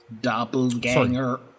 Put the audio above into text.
Doppelganger